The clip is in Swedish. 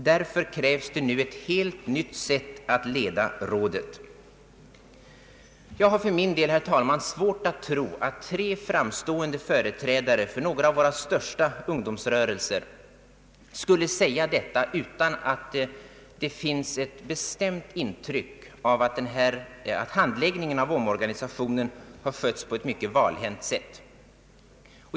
Därför krävs det nu ett helt nytt sätt att leda rådet.” Herr talman! För min del har jag svårt att tro att tre framstående företrädare för några av våra största ungdomsrörelser skulle säga detta utan att det finns ett bestämt intryck av att omorganisationen har handlagts på ett mycket valhänt sätt.